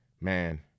man